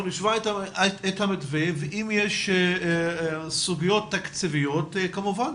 אנחנו נשמע את המתווה ואם יש סוגיות תקציביות כמובן